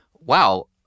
wow